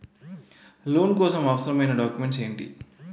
Loan కోసం అవసరమైన documents ఎంటి?